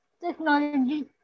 Technology